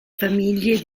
famiglie